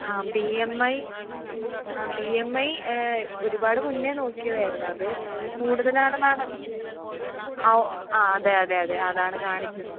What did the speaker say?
ആ B M I ആ B M I ഒരുപാട് മുന്നേ നോക്കിയതായിരുന്നു അത് കൂടുതലാണെന്നാണ് അവ് ആ അതെ അതെ അതെ അതാണ് കാണിച്ചത്